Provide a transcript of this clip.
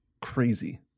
crazy